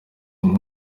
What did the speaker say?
uyu